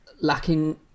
lacking